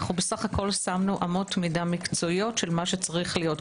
אנו בסך הכול שמנו אמות מידה מקצועיות למה שצריך להיות.